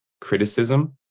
criticism